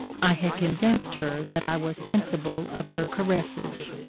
i had convinced her that i was sensible of her caresses.